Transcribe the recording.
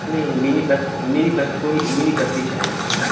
نہیں mini bus mini bus کوٮٔی mini bus ہی چاہیے سر